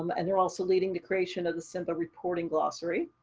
um and they're also leading the creation of the simba reporting glossary.